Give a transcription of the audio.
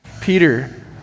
Peter